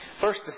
First